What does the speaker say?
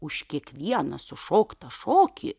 už kiekvieną sušoktą šokį